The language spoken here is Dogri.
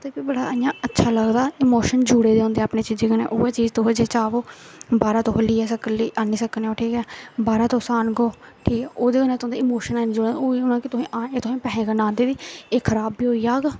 ते कोई इ'यां बड़ा अच्छा लगदा इमोशन जुड़े दे होंदे अपनी चीजें कन्नै उ'यै चीज जे तुस चाहो बाह्रा तुस लेई आनी सकने ठीक ऐ बाह्रा तुस आहनगे ठीक ऐ ओह्दे कन्नै तुआढ़े इमोशन है निं जुड़े दे हां ओह् होना तुसेंगी गी कि पैसे कन्नै आंदे दे एह् खराब बी होई जाग